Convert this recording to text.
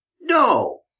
No